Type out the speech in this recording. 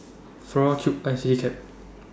Flora Cube I Citycab